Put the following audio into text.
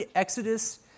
Exodus